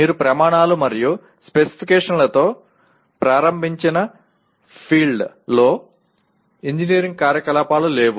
మీరు ప్రమాణాలు మరియు స్పెసిఫికేషన్లతో ప్రారంభించని ఫీల్డ్లో ఇంజనీరింగ్ కార్యకలాపాలు లేవు